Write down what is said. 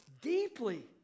deeply